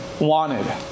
wanted